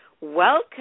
welcome